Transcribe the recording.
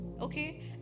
okay